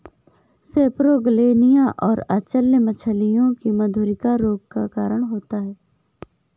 सेपरोगेलनिया और अचल्य मछलियों में मधुरिका रोग का कारण होता है